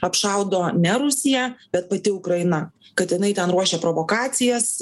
apšaudo ne rusija bet pati ukraina kad jinai ten ruošia provokacijas